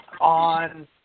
on